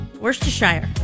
Worcestershire